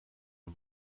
een